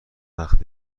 وقت